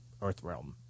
Earthrealm